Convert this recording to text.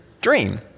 dream